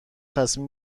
تصمیم